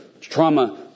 trauma